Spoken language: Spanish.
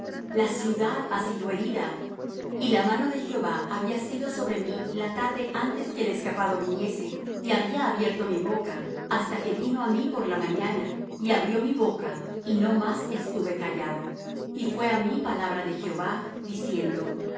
la ciudad ha sido herida y la mano de jehová había sido sobre mí la tarde antes que el escapado viniese y había abierto mi boca hasta que vino á mí por la mañana y abrió mi boca y no más estuve callado y fué á mí palabra de jehová diciendo